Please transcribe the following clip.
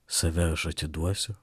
save aš atiduosiu